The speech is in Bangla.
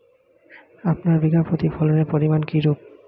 আপনার বিঘা প্রতি ফলনের পরিমান কীরূপ?